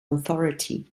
authority